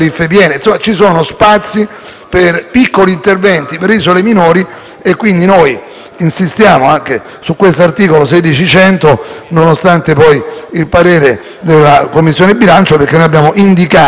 per piccoli interventi per le isole minori e, quindi, noi insistiamo anche sull'emendamento 16.100, nonostante il parere della Commissione bilancio, perché abbiamo indicato delle coperture